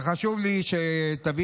וחשוב לי שתביני,